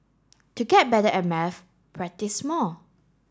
to get better at maths practise more